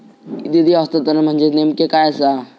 निधी हस्तांतरण म्हणजे नेमक्या काय आसा?